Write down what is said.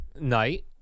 night